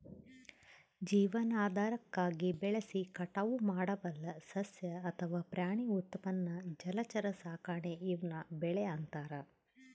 ಜೀವನಾಧಾರಕ್ಕಾಗಿ ಬೆಳೆಸಿ ಕಟಾವು ಮಾಡಬಲ್ಲ ಸಸ್ಯ ಅಥವಾ ಪ್ರಾಣಿ ಉತ್ಪನ್ನ ಜಲಚರ ಸಾಕಾಣೆ ಈವ್ನ ಬೆಳೆ ಅಂತಾರ